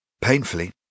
Painfully